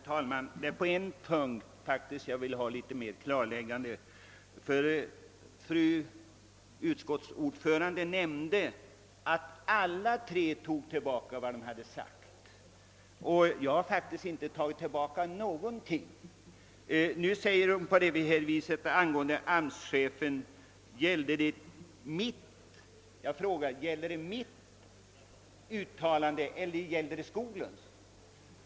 Herr talman! På en punkt vill jag ha ett klarläggande. Fru utskottsordföranden nämnde att alla de tre talare som replikerat henne tog tillbaka vad de hade sagt. Jag har faktiskt inte tagit tillbaka någonting. Jag vill fråga om det hon nu säger angående AMS-chefen gällde mitt uttalande eller herr Skoglunds.